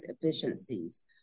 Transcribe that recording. efficiencies